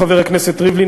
חבר הכנסת ריבלין,